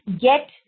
get